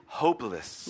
hopeless